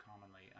commonly